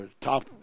top